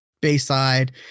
Bayside